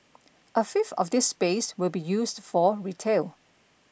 a fifth of this space will be used for retail